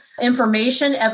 information